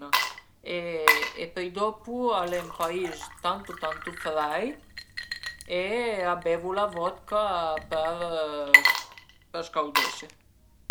al e la pizza cauda e ënvece d'istà me cibo preferì al e ël gelato